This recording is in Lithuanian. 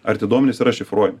ar tie duomenys yra šifruojami